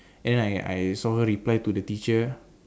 then I I saw her reply to the teacher